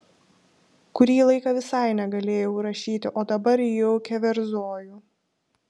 kurį laiką visai negalėjau rašyti o dabar jau keverzoju